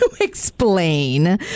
explain